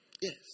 Yes